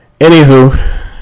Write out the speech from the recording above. anywho